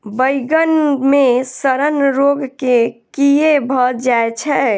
बइगन मे सड़न रोग केँ कीए भऽ जाय छै?